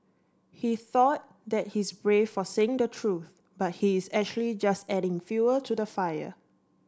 he thought that he's brave for saying the truth but he is actually just adding fuel to the fire